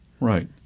Right